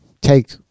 take